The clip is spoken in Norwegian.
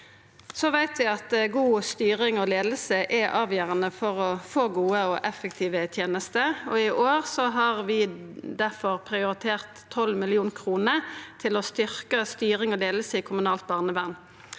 Vi veit at god styring og leiing er avgjerande for å få gode og effektive tenester. I år har vi difor prioritert 12 mill. kr til å styrkja styring og leiing i kommunalt barnevern.